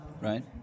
Right